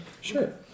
Sure